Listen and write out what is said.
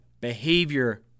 behavior